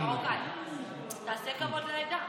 מרוקאי, תעשה כבוד לעדה.